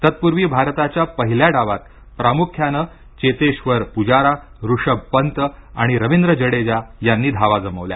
तत्पूर्वी भारताच्या पहिल्या डावात प्रामुख्याने चेतेश्वर पुजारा ऋषभ पंत आणि रविंद्र जडेजा यांनी धावा जमवल्या